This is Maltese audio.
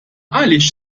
għaliex